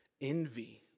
envy